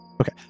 Okay